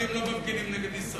החרדים לא מפגינים נגד ישראל.